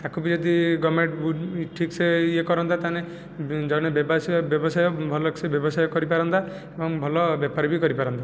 ତାକୁ ବି ଯଦି ଗଭର୍ଣ୍ଣମେଣ୍ଟ ଠିକ୍ସେ ଇଏ କରନ୍ତା ତା'ହେଲେ ଜଣେ ବ୍ୟବସାୟ ବ୍ୟବସାୟ ଭଲସେ ବ୍ୟବସାୟ କରିପାରନ୍ତା ଏବଂ ଭଲ ବେପାର ବି କରିପାରନ୍ତା